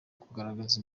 kugaragaza